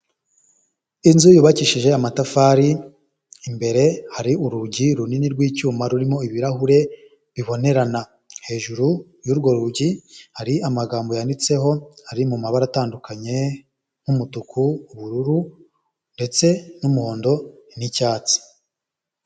Inzu yubakishije amatafari imbere hari urugi runini rw'icyuma rurimo ibirahure bibonerana, hejuru y'urwo rugi hari amagambo yanditseho ari mu mabara atandukanye nk'umutuku, ubururu ndetse n'umuhondo n'icyatsi.